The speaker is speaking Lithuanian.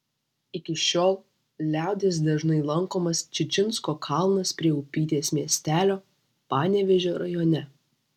iki šiol liaudies dažnai lankomas čičinsko kalnas prie upytės miestelio panevėžio rajone